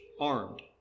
armed